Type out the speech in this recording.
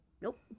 Nope